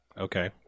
Okay